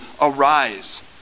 arise